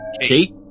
Kate